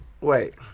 Wait